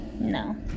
No